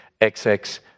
XX